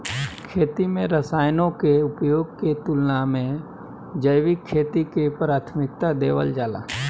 खेती में रसायनों के उपयोग के तुलना में जैविक खेती के प्राथमिकता देवल जाला